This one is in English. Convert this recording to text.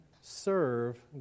serve